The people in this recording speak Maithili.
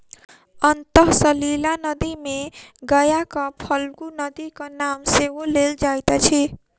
अंतः सलिला नदी मे गयाक फल्गु नदीक नाम सेहो लेल जाइत अछि